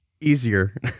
easier